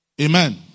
Amen